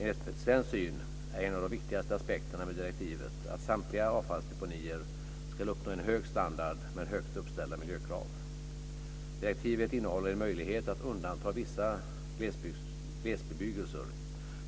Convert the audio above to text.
Enligt svensk syn är en av de viktigaste aspekterna med direktivet att samtliga avfallsdeponier ska uppnå en hög standard med högt uppställda miljökrav. Direktivet innehåller en möjlighet att undanta vissa glesbebyggelser